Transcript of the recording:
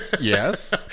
yes